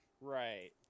Right